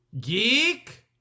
geek